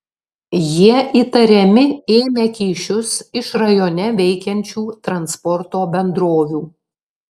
jie įtariami ėmę kyšius iš rajone veikiančių transporto bendrovių